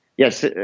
Yes